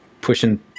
Pushing